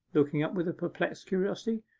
looking up with perplexed curiosity.